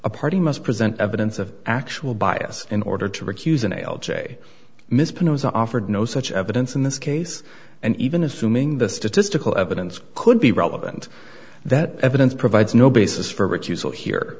a party must present evidence of actual bias in order to recuse an ale j mis put it was offered no such evidence in this case and even assuming the statistical evidence could be relevant that evidence provides no basis for